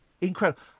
incredible